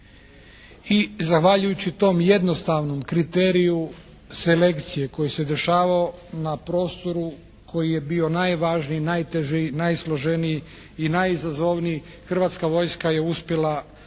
I zahvaljujući tom jednostavnom kriteriju selekcije koji se dešavao na prostoru koji je bio najvažniji, najteži, najsloženiji i najizazovniji hrvatska vojska je uspjela ostvariti